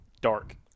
Dark